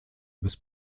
bez